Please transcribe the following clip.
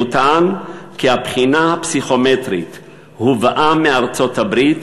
הוא טען כי הבחינה הפסיכומטרית הובאה מארצות-הברית